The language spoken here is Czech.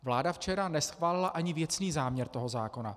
Vláda včera neschválila ani věcný záměr tohoto zákona.